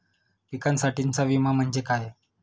पिकांसाठीचा विमा म्हणजे काय?